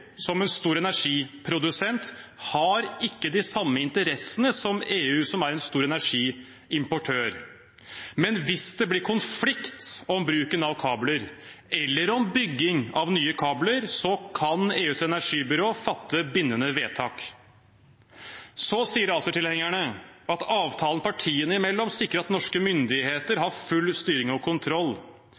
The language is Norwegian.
som en stor energiprodusent, har ikke de samme interessene som EU, som er en stor energiimportør. Men hvis det blir konflikt om bruken av kabler eller om bygging av nye kabler, kan EUs energibyrå fatte bindende vedtak. Så sier ACER-tilhengerne at avtalen partiene imellom sikrer at norske myndigheter har full styring og kontroll.